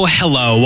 hello